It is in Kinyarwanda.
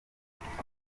ntabwo